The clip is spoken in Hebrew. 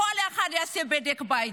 כל אחד יעשה בדק בית.